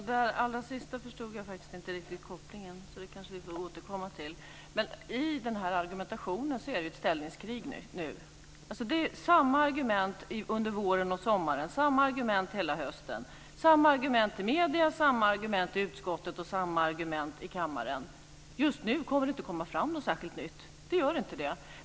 Fru talman! När det gäller det allra sista förstod jag inte riktigt kopplingen. Vi kanske får återkomma till det. I argumentationen är det ett ställningskrig nu. Det är samma argument under våren och sommaren, samma argument hela hösten, samma argument i medier, samma argument i utskottet och samma argument i kammaren. Just nu kommer det inte att komma fram något särskilt nytt.